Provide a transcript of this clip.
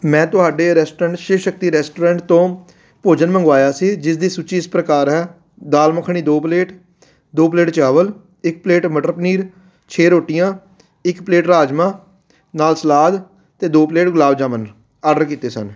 ਮੈਂ ਤੁਹਾਡੇ restaurant Shiv Shakti restaurant ਤੋਂ ਭੋਜਨ ਮੰਗਵਾਇਆ ਸੀ ਜਿਸਦੀ ਸੂਚੀ ਇਸ ਪ੍ਰਕਾਰ ਹੈ ਦਾਲ ਮੱਖਣੀ ਦੋ ਪਲੇਟ ਦੋ ਪਲੇਟ ਚਾਵਲ ਇੱਕ ਪਲੇਟ ਮਟਰ ਪਨੀਰ ਛੇ ਰੋਟੀਆਂ ਇੱਕ ਪਲੇਟ ਰਾਜਮਾਂਹ ਨਾਲ਼ ਸਲਾਦ ਅਤੇ ਦੋ ਪਲੇਟ ਗੁਲਾਬ ਜਾਮਨ ਆਡਰ ਕੀਤੇ ਸਨ